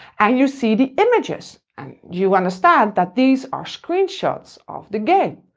and you see the images, and you understand that these are screenshots of the game.